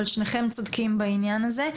אבל שניכם צודקים בעניין הזה.